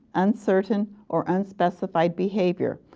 uncertain, or unspecified behavior.